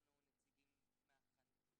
אנחנו מטעם איגי,